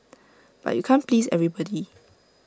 but you can't please everybody